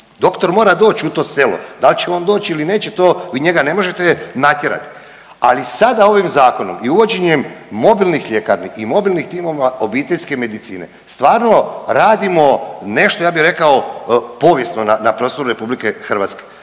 doktor mora doći u to selo. Da li će on doći ili neće to vi njega ne možete natjerati. Ali sada ovim zakonom i uvođenjem mobilnih ljekarni i mobilnih timova obiteljske medicine stvarno radimo nešto ja bih rekao povijesno na prostoru Republike Hrvatske,